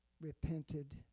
repented